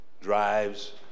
drives